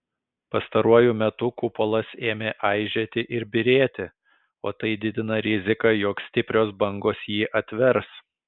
pastaruoju metu kupolas ėmė aižėti ir byrėti o tai didina riziką jog stiprios bangos jį atvers